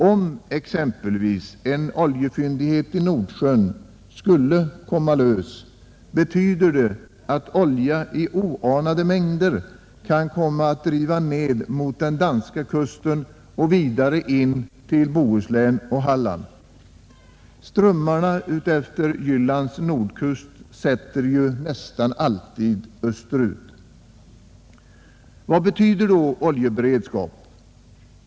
Om exempelvis en oljefyndighet i Nordsjön skulle ”komma lös”, betyder det att olja i oanade mängder kan komma att driva ned mot den danska kusten och vidare in till Bohuslän och Halland. Strömmarna utefter Jyllands nordkust sätter ju nästan alltid österut. Vad betyder då oljeberedskap?